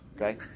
Okay